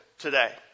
today